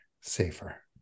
safer